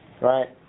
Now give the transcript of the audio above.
right